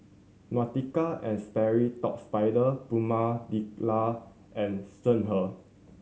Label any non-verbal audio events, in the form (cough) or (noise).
Nautica and Sperry Top Sider Prima (unintelligible) and Songhe